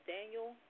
Daniel